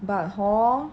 but hor